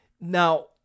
now